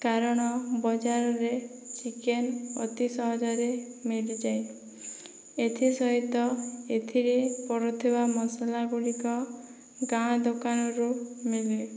କାରଣ ବଜାରରେ ଚିକେନ ଅତି ସହଜରେ ମିଳିଯାଏ ଏଥିସହିତ ଏଥିରେ ପଡ଼ୁଥିବା ମସଲା ଗୁଡ଼ିକ ଗାଁ ଦୋକାନରୁ ମିଳେ